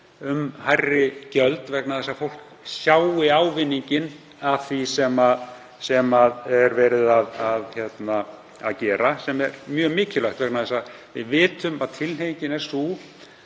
um hærri gjöld vegna þess að fólk sér ávinninginn af því sem er verið að gera, sem er mjög mikilvægt vegna þess að við vitum að tilhneigingin er sú